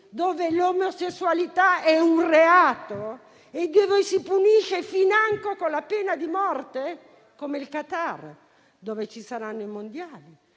dove l'omosessualità è un reato e dove si punisce financo con la pena di morte, come il Qatar, dove ci saranno i mondiali,